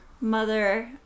mother